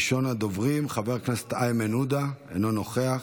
ראשון הדוברים, חבר הכנסת איימן עודה, אינו נוכח,